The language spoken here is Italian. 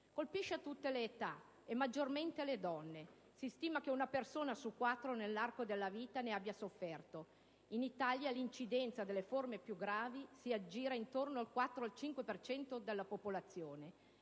Colpisce a tutte l'età, e maggiormente le donne. Si stima che una persona su quattro, nell'arco della vita, ne abbia sofferto. In Italia l'incidenza delle forme più gravi si aggira intorno al 4-5 per cento della popolazione,